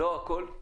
לא הכול הוא